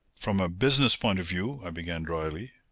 from a business point of view i began dryly.